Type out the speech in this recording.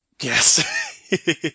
Yes